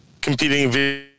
competing